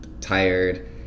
tired